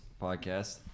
podcast